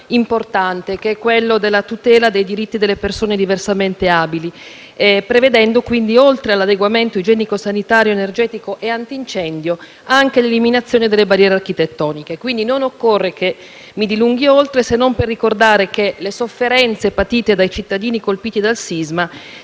importante, quello della tutela dei diritti delle persone diversamente abili, prevedendo, quindi, oltre all'adeguamento igienico, sanitario, energetico e antincendio, anche l'eliminazione delle barriere architettoniche. Non occorre, quindi, che mi dilunghi oltre, se non per ricordare che le sofferenze patite dai cittadini colpiti dal sisma